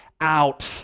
out